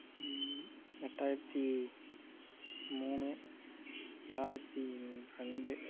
எட்டாயிரத்து மூணு ஏழாயிரத்து ரெண்டு